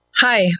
Hi